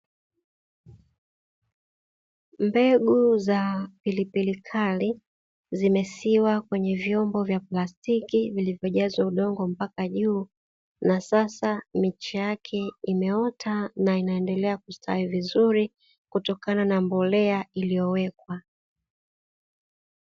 Mbegu za pilipili kali zimesiwa ndani ya vyombo vya plastiki vilivyojazwa udongo mpaka juu, na sasa miche yake imeota na inaendelea kustawi vizuri kutokana na mbolea iliyowekwa.